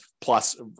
plus